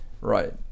right